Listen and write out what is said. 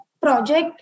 project